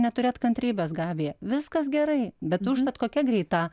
neturėt kantrybės gabija viskas gerai bet tu užtat kokia greita